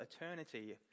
eternity